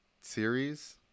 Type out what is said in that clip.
series